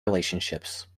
relationships